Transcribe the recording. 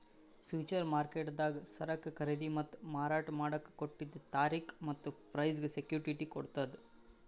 future ಮಾರ್ಕೆಟ್ದಾಗ್ ಸರಕ್ ಖರೀದಿ ಮತ್ತ್ ಮಾರಾಟ್ ಮಾಡಕ್ಕ್ ಕೊಟ್ಟಿದ್ದ್ ತಾರಿಕ್ ಮತ್ತ್ ಪ್ರೈಸ್ಗ್ ಸೆಕ್ಯುಟಿಟಿ ಕೊಡ್ತದ್